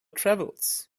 travels